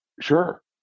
sure